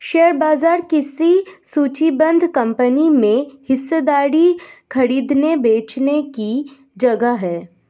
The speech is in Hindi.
शेयर बाजार किसी सूचीबद्ध कंपनी में हिस्सेदारी खरीदने बेचने की जगह है